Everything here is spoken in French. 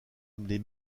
les